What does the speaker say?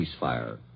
ceasefire